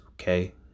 okay